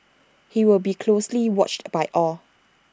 he will be closely watched by all